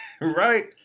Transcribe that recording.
Right